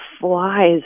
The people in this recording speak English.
flies